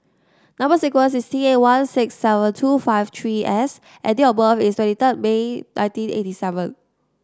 number sequence is T eight one six seven two five three S and date of birth is twenty third May nineteen eighty seven